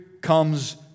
comes